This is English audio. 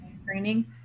screening